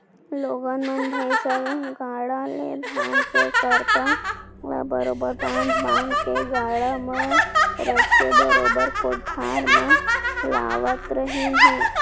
लोगन मन भईसा गाड़ा ले धान के करपा ल बरोबर बांध बांध के गाड़ा म रचके बरोबर कोठार म लावत रहिन हें